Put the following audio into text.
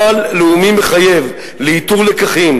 שיהיה נוהל לאומי מחייב לאיתור לקחים,